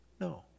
No